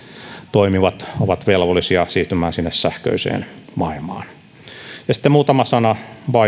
toimivat ovat velvollisia siirtymään sinne sähköiseen maailmaan sitten muutama sana